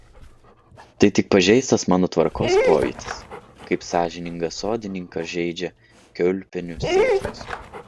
tai tik pažeistas mano tvarkos pojūtis kaip sąžiningą sodininką žeidžia kiaulpienių sėklos